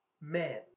men